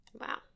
Wow